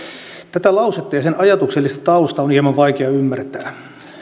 tätä lausetta ja sen ajatuksellista taustaa on hieman vaikea ymmärtää